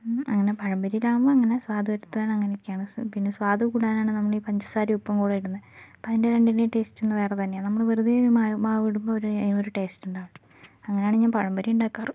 അങ്ങനെ പഴംപൊരിയിലാവും അങ്ങനെ സാധാ എടുത്താൽ അങ്ങനെയൊക്കെയാണ് പിന്നെ സ്വാദ് കൂടാനാണ് നമ്മൾ ഈ പഞ്ചസാരയും ഉപ്പും കൂടി ഇടുന്നത് അപ്പോൾ അതിൻ്റെ രണ്ടിൻ്റെയും ടേസ്റ്റ് ഒന്ന് വേറെ തന്നെയാണ് നമ്മൾ വെറുതെ മാവ് ഇടുമ്പോൾ ഒരു ഒരു ടേസ്റ്റ് ഉണ്ടാവില്ല അങ്ങനെയാണ് ഞാൻ പഴംപൊരി ഉണ്ടാക്കാറ്